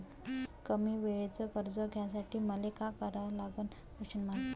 कमी वेळेचं कर्ज घ्यासाठी मले का करा लागन?